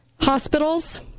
Hospitals